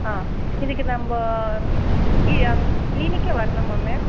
ஆ இதுக்கு நம்போ அங் க்ளீனிக்கே வரணுமா மேம்